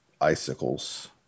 icicles